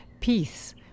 peace